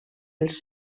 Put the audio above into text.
els